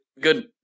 good